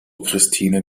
christine